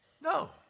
No